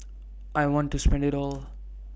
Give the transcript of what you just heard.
I want to spend IT all